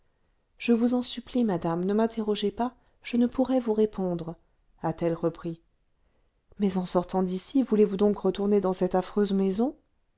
je vous en supplie madame ne m'interrogez pas je ne pourrais vous répondre a-t-elle repris mais en sortant d'ici voulez-vous donc retourner dans cette affreuse maison